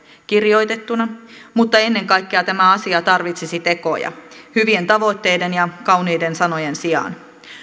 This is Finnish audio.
kirjoitettuna mutta ennen kaikkea tämä asia tarvitsisi tekoja hyvien tavoitteiden ja kauniiden sanojen sijaan